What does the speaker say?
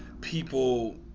people